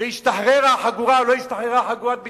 והשתחררה החגורה או לא השתחררה חגורת הבטיחות?